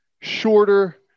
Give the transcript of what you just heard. shorter